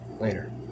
Later